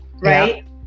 right